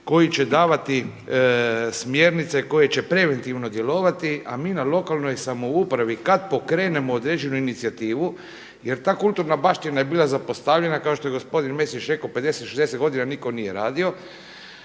koji će davati smjernice koje će preventivno djelovati, a mi na lokalnoj samoupravi kad pokrenemo određenu inicijativu, jer ta kulturna baština je bila zapostavljena kao što je gospodin Mesić rekao 50, 60 godina nitko nije radio.